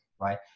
right